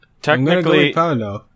Technically